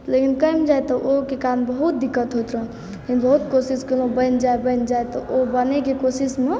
लेकिन कमि जाइ तऽ ओहिके कारण बहुत दिक्कत होइत रहै लेकिन बहुत कोशिश कयलहुँ जे बनि जाइ बनि जाइ तऽ ओ बनैके कोशिशमे भेल